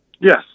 Yes